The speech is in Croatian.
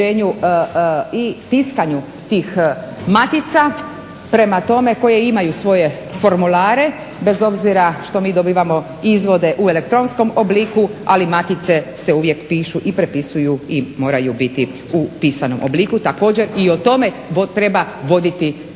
i tiskanju tih matica, koje imaju svoje formulare bez obzira što mi dobivamo izvode u elektronskom obliku, ali matice se uvijek pišu i prepisuju i moraju biti u pisanom obliku. Također i o tome treba voditi računa